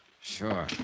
Sure